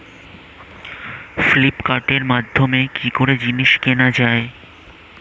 ফ্লিপকার্টের মাধ্যমে কি করে জিনিস কেনা যায়?